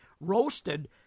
roasted